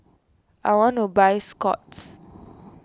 I want to buy Scott's